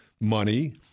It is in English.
money